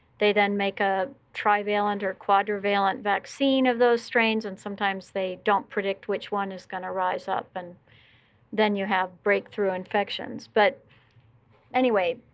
they then make a trivalent or quadrivalent vaccine of those strains, and sometimes they don't predict which one is going to rise up, and then you have breakthrough infections. but anyway,